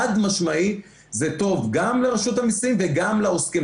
חד-משמעי זה טוב גם לרשות המיסים וגם לעוסקים.